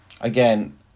again